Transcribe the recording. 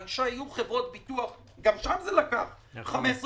שהיו בו חברות ביטוח גם שם זה לקח 15 שנים,